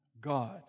God